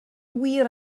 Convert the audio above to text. wir